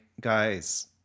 guys